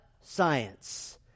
science